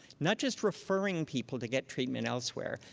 not just referring people to get treatment elsewhere.